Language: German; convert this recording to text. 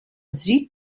sie